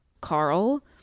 Carl